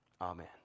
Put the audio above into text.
Amen